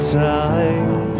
time